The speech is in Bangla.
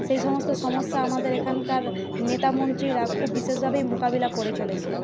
সেই সমস্ত সমস্যা আমাদের এখানকার নেতা মন্ত্রীরা খুব বিশেষভাবেই মোকাবিলা করে চলেছে